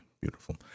beautiful